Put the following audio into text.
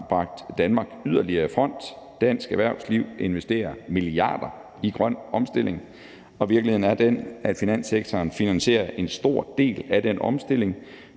har bragt Danmark yderligere i front. Dansk erhvervsliv investerer milliarder i grøn omstilling, og virkeligheden er den, at finanssektoren finansierer en stor del af den omstilling.